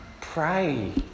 Pray